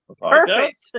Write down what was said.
Perfect